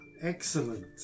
excellent